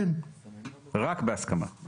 רק בהסכמה.